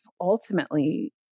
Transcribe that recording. ultimately